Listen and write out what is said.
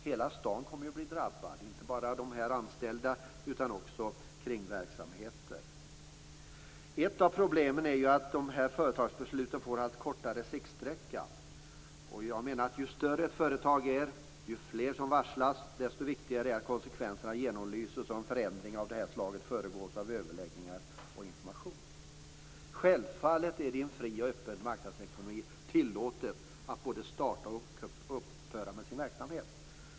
Hela staden kommer att bli drabbad, inte bara de anställda, utan också kringverksamheter. Ett av problemen är att de här företagsbesluten får allt kortare siktsträcka. Jag menar att ju större ett företag är och ju fler som varslas, desto viktigare är det att konsekvenserna genomlyses och att en förändring av det här slaget föregås av överläggningar och information. Självfallet är det i en fri och öppen marknadsekonomi tillåtet både att starta och att upphöra med verksamheter.